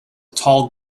tall